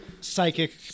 psychic